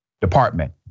department